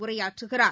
உரையாற்றுகிறார்